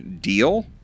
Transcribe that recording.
deal